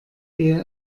ehe